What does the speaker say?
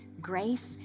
grace